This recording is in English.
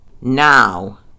Now